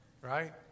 Right